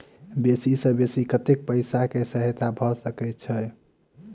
बेसी सऽ बेसी कतै पैसा केँ सहायता भऽ सकय छै?